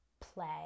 play